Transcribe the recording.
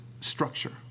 structure